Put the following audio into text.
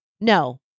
no